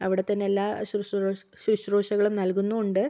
അവിടെത്തന്നെ എല്ലാ ശുശ്രു ശുശ്രൂഷകളും നൽകുന്നും ഉണ്ട്